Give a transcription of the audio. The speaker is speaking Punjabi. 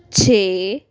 ਛੇ